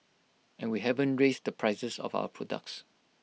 and we haven't raised the prices of our products